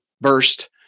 burst